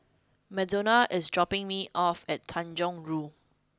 Madonna is dropping me off at Tanjong Rhu